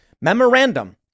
Memorandum